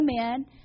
Amen